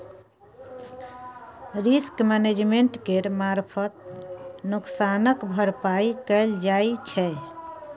risk management केर मारफत नोकसानक भरपाइ कएल जाइ छै